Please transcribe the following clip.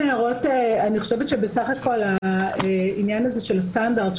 אני חושבת שבסך הכל העניין הזה של הסטנדרט,